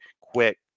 quick